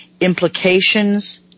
implications